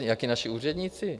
Jací naši úředníci?